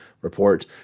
Report